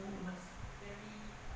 mm